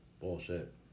Bullshit